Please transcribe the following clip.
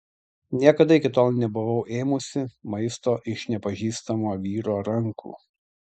niekada iki tol nebuvau ėmusi maisto iš nepažįstamo vyro rankų